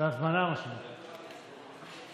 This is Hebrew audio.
ממשלה כבר התקיימו.